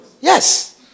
Yes